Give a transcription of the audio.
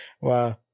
Wow